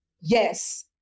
Yes